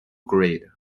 grade